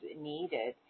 needed